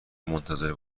منتظر